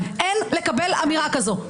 אין לקבל אמירה כזאת.